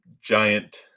giant